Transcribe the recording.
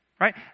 right